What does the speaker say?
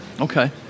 Okay